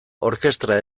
orkestra